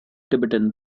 tibetan